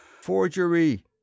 Forgery